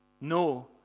No